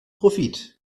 profit